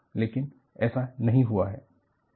लेकिन ऐसा नहीं हुआ है